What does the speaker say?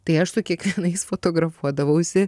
tai aš su kiekvienais fotografuodavausi